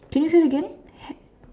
can you say it again hin~